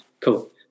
cool